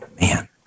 man